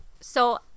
So-